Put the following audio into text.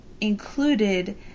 included